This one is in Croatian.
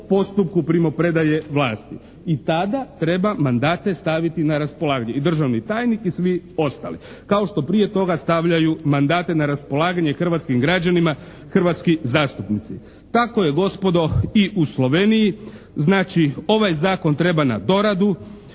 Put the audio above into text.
postupku primopredaje vlasti. I tada treba mandate staviti na raspolaganje. I državni tajnik I svi ostali. Kao što prije toga stavljaju mandate na raspolaganje hrvatskim građanima hrvatski zastupnici. Tako je gospodo i u Sloveniji. Znači ovaj Zakon treba na doradu.